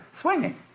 swinging